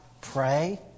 pray